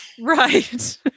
Right